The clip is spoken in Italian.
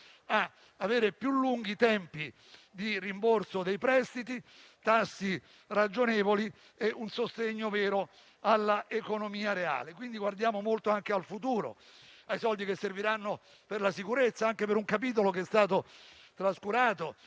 ad avere tempi più lunghi per il rimborso dei prestiti, tassi ragionevoli e un sostegno vero all'economia reale. Guardiamo quindi molto anche al futuro, alle risorse che serviranno per la sicurezza ed anche per un capitolo che è stato trascurato,